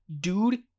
Dude